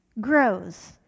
grows